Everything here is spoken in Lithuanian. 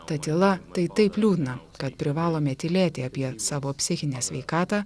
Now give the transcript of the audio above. ta tyla tai taip liūdna kad privalome tylėti apie savo psichinę sveikatą